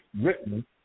written